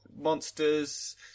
Monsters